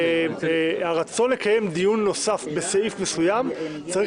הרצון לקיים דיון נוסף בסעיף מסוים צריך